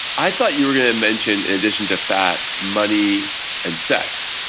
i thought you were gonna mention, in addition to fat, money and sex.